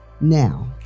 Now